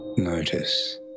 Notice